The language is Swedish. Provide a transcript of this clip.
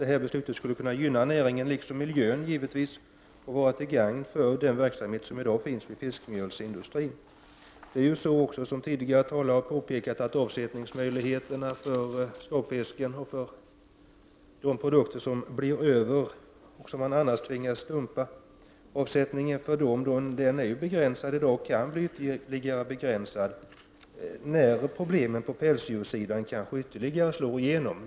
Ett sådant beslut skulle också gynna näringen liksom givetvis miljön och vara till gagn för verksamheten vid fiskmjölsindustrin. Som tidigare talare har påpekat är avsättningsmöjligheterna för denna fisk och för de produkter som blir över och som man annars tvingas dumpa begränsad och kan bli ytterligare begränsad när problemen på pälsdjurssidan kanske slår igenom ytterligare.